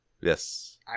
Yes